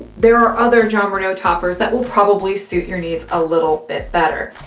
there are other jon renau toppers that will probably suit your needs a little bit better.